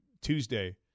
Tuesday